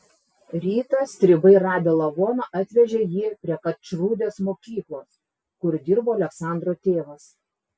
rytą stribai radę lavoną atvežė jį prie karčrūdės mokyklos kur dirbo aleksandro tėvas